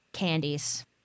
Candies